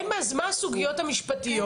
אין בעיה, אז מה הסוגיות המשפטיות?